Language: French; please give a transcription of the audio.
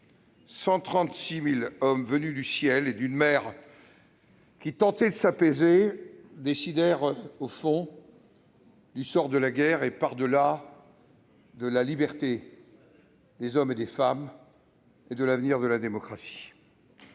136 000 hommes venus du ciel et d'une mer qui tentait de s'apaiser décidèrent, au fond, du sort de la guerre et, par-delà, de la liberté des hommes et des femmes et de l'avenir de la démocratie.